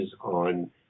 on